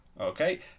Okay